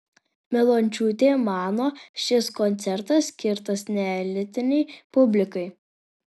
milončiūtė mano šis koncertas skirtas neelitinei publikai